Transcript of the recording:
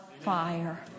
fire